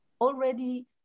already